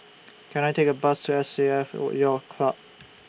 Can I Take A Bus to S A F Yacht Club